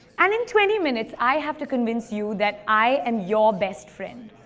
and in twenty minutes i have to convince you that i am your best friend.